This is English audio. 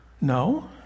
No